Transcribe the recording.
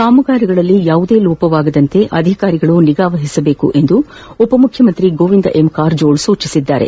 ಕಾಮಗಾರಿಗಳಲ್ಲಿ ಯಾವುದೇ ಲೋಪವಾಗದಂತೆ ಅಧಿಕಾರಿಗಳು ನಿಗಾವಹಿಸಬೇಕು ಎಂದು ಉಪಮುಖ್ಯಮಂತ್ರಿ ಗೋವಿಂದ ಎಂ ಸ್ಕಾರಜೋಳ ಸೂಚಿಸಿದ್ದಾರೆ